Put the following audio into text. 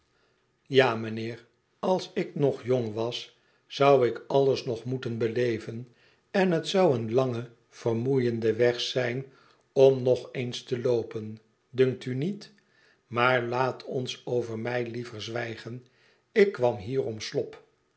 ija mijnheer als ik nog joog was zou ik alles nog moeten beleven en het zou een lange vermoeiende weg zijn om nog eens te loopen dunkt u niet maar laat ons over mij liever zwijgen ik kwam hier om slop